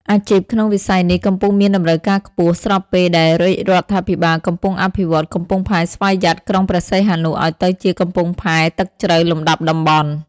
អាជីពក្នុងវិស័យនេះកំពុងមានតម្រូវការខ្ពស់ ស្របពេលដែលរាជរដ្ឋាភិបាលកំពុងអភិវឌ្ឍកំពង់ផែស្វយ័តក្រុងព្រះសីហនុឱ្យទៅជាកំពង់ផែទឹកជ្រៅលំដាប់តំបន់។